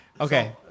Okay